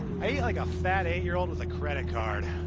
i eat like a fat eight year old with a credit card.